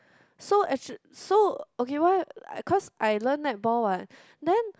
so actual so okay why I cause I learn netball what then